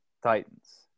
Titans